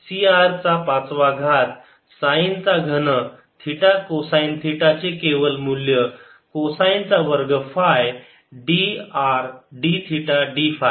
C r चा 5 वा घात साईन चा घन थिटा कोसाईन थिटा चे केवल मूल्य कोसाईन चा वर्ग phi d R d theta d five